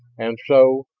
and so.